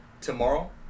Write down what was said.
tomorrow